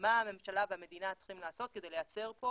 מה הממשלה והמדינה צריכים לעשות כדי לייצר פה